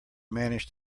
managed